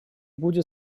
будет